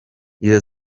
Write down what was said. izo